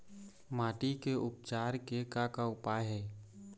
माटी के उपचार के का का उपाय हे?